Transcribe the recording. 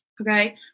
Okay